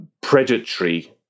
predatory